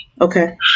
okay